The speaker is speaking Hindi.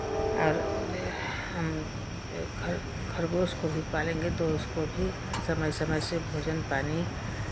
और खरगोश को भी पालेंगे तो उसको भी समय समय से भोजन पानी